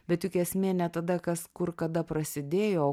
bet juk esmė ne tada kas kur kada prasidėjo o